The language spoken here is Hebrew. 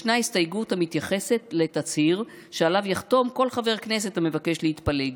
ישנה הסתייגות המתייחסת לתצהיר שעליו יחתום כל חבר כנסת המבקש להתפלג.